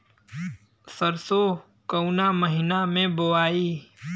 सरसो काउना महीना मे बोआई?